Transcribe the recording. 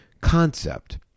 concept